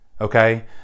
okay